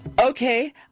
Okay